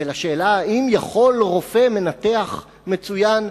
לשאלה אם יכול רופא מנתח מצוין,